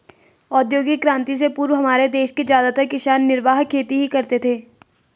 औद्योगिक क्रांति से पूर्व हमारे देश के ज्यादातर किसान निर्वाह खेती ही करते थे